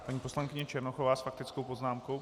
Paní poslankyně Černochová s faktickou poznámkou.